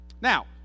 Now